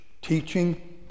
teaching